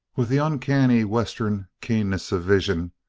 with the uncanny western keenness of vision,